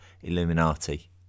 Illuminati